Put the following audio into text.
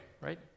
right